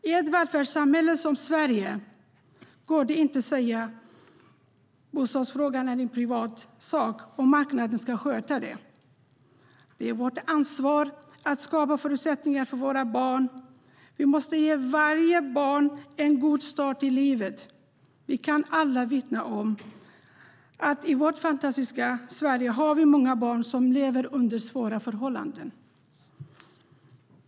I ett välfärdssamhälle som Sverige går det inte att säga att bostadsfrågan är en privatsak och att marknaden ska sköta den. Det är vårt ansvar att skapa förutsättningar för våra barn, och vi måste ge varje barn en god start i livet. Vi kan alla vittna om att i vårt fantastiska Sverige finns många barn som lever under svåra förhållanden.